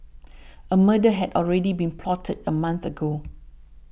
a murder had already been plotted a month ago